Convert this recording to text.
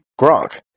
Gronk